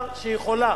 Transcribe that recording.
שיכולה